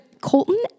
Colton